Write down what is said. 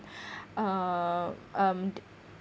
uh um